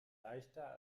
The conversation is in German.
leichter